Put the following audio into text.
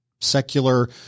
secular